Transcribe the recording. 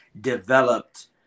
developed